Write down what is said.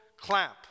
clamp